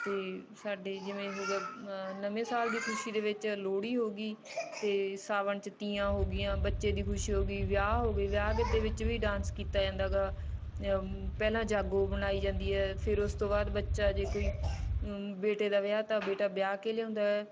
ਅਤੇ ਸਾਡੇ ਜਿਵੇਂ ਹੋ ਗਿਆ ਨਵੇਂ ਸਾਲ ਦੀ ਖੁਸ਼ੀ ਦੇ ਵਿੱਚ ਲੋਹੜੀ ਹੋ ਗਈ ਅਤੇ ਸਾਵਣ 'ਚ ਤੀਆਂ ਹੋ ਗਈਆਂ ਬੱਚੇ ਦੀ ਖੁਸ਼ੀ ਹੋ ਗਈ ਵਿਆਹ ਹੋ ਗਈ ਵਿਆਹ ਦੇ ਵਿੱਚ ਵੀ ਡਾਂਸ ਕੀਤਾ ਜਾਂਦਾ ਗਾ ਪਹਿਲਾਂ ਜਾਗੋ ਬਣਾਈ ਜਾਂਦੀ ਹੈ ਫਿਰ ਉਸ ਤੋਂ ਬਾਅਦ ਬੱਚਾ ਜੇ ਕੋਈ ਬੇਟੇ ਦਾ ਵਿਆਹ ਤਾਂ ਬੇਟਾ ਵਿਆਹ ਕੇ ਲਿਆਉਂਦਾ ਹੈ